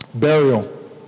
burial